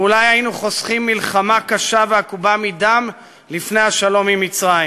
ואולי היינו חוסכים מלחמה קשה ועקובה מדם לפני השלום עם מצרים.